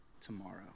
tomorrow